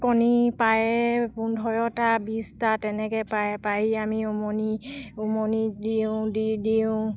কণী পায় পোন্ধৰটা বিছটা তেনেকৈ পায় পায় আমি উমনি উমনিত দিওঁ দি দিওঁ